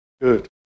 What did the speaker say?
good